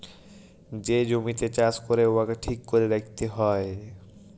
যে জমিতে চাষ ক্যরে উয়াকে ঠিক ক্যরে রাইখতে হ্যয়